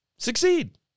Succeed